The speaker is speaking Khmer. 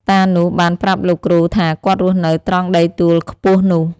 តានោះបានប្រាប់លោកគ្រូថាគាត់រស់នៅត្រង់ដីទួលខ្ពស់នោះ ។